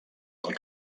del